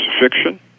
fiction